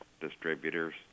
distributors